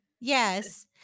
Yes